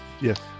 Yes